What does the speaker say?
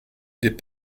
des